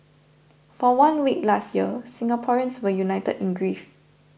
for one week last year Singaporeans were united in grief